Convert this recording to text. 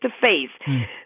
face-to-face